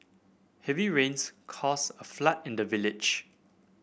heavy rains caused a flood in the village